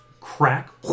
crack